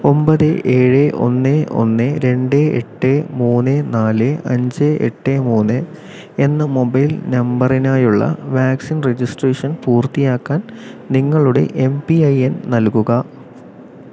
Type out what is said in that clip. ഒമ്പത് ഏഴ് ഒന്ന് ഒന്ന് രണ്ട് എട്ട് മൂന്ന് നാല് അഞ്ച് എട്ട് മൂന്ന് എന്ന മൊബൈൽ നമ്പറിനായുള്ള വാക്സിൻ രജിസ്ട്രേഷൻ പൂർത്തിയാക്കാൻ നിങ്ങളുടെ എം പി ഐ ൻ നൽകുക